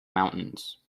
mountains